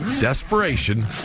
desperation